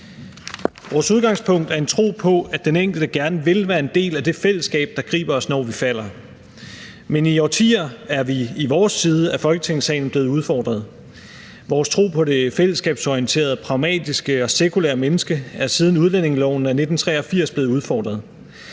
Vores udgangspunkt er en tro på, at den enkelte gerne vil være en del af det fællesskab, der griber os, når vi falder, men i årtier er vi i vores side af Folketingssalen blevet udfordret. Vores tro på det fællesskabsorienterede, pragmatiske og sekulære menneske er siden udlændingeloven af 1983 blevet udfordret